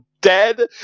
dead